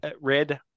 Red